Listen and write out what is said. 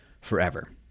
forever